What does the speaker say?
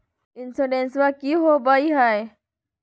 इंसोरेंसबा की होंबई हय?